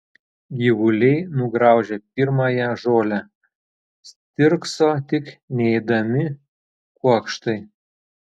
gyvuliai nugraužė pirmąją žolę stirkso tik neėdami kuokštai